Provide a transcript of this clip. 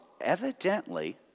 evidently